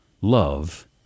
love